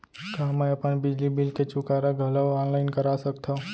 का मैं अपन बिजली बिल के चुकारा घलो ऑनलाइन करा सकथव?